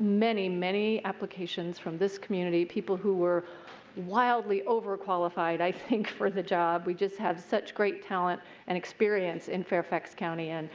many, many applications from this community, people who were wildly overqualified, i think for the job. we have such great talent and experience in fairfax county. and